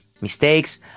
mistakes